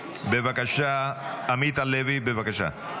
עמית הלוי, בבקשה.